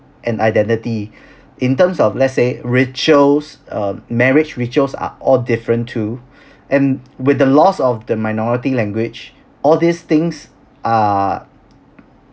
and identity in terms of let's say rituals uh marriage rituals are all different too and with the loss of the minority language all these things are